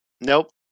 nope